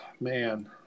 man